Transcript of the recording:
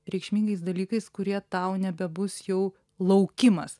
reikšmingais dalykais kurie tau nebebus jau laukimas